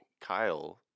Kyle